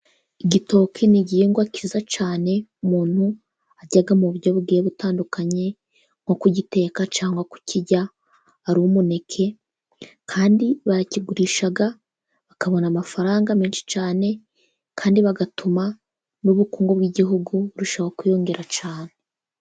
Igitoke ni igihingwa kiza cyane, umuntu arya mu buryo bugiye butandukanye, nko kugiteka cyangwa kukirya ari umuneke, kandi barakigurisha, bakabona amafaranga menshi cyane, kandi bigatuma n'ubukungu bw'igihugu burushaho kwiyongera cyane.